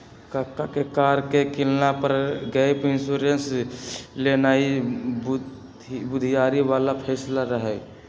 कक्का के कार के किनला पर गैप इंश्योरेंस लेनाइ बुधियारी बला फैसला रहइ